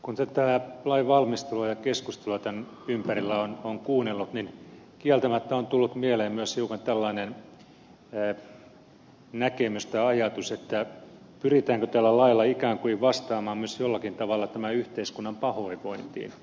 kun tätä lainvalmistelua on seurannut ja keskustelua tämän ympärillä kuunnellut niin kieltämättä on tullut mieleen myös hiukan tällainen näkemys tai ajatus pyritäänkö tällä lailla ikään kuin vastaamaan myös jollakin tavalla tämän yhteiskunnan pahoinvointiin